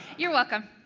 you're welcome.